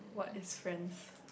what is friends